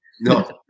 No